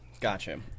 Gotcha